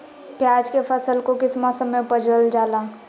प्याज के फसल को किस मौसम में उपजल जाला?